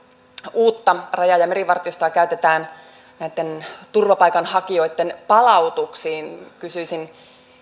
uutta raja ja merivartiostoa käytetään näitten turvapaikanhakijoitten palauksiin kysyisin